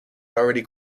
already